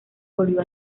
volvió